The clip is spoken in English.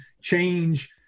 change